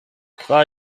kvar